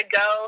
go